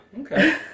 okay